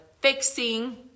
fixing